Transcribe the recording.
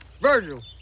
Virgil